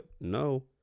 no